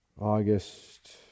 August